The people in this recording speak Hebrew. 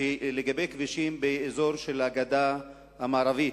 לגבי כבישים באזור הגדה המערבית,